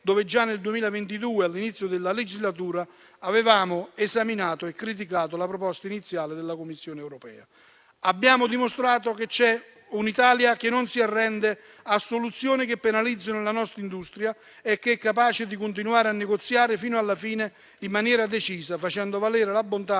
già nel 2022, all'inizio della legislatura, avevamo esaminato e criticato la proposta iniziale della Commissione europea. Abbiamo dimostrato che c'è un'Italia che non si arrende a soluzioni che penalizzano la nostra industria e che è capace di continuare a negoziare fino alla fine in maniera decisa, facendo valere la bontà